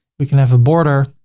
we can have a border.